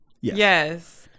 yes